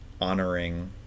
honoring